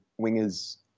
wingers